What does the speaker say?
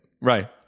Right